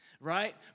Right